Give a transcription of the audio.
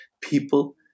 people